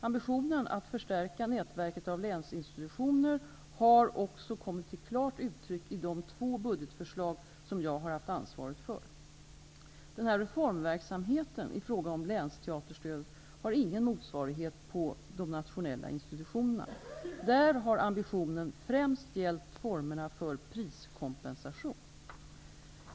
Ambitionen att förstärka nätverket av länsinstitutioner har också kommit till klart uttryck i de två budgetförslag som jag har haft ansvaret för. Denna reformverksamhet i fråga om länsteaterstödet har ingen motsvarighet på de nationella institutionerna. Där har ambitionen främst gällt formerna för priskompensation.